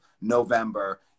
November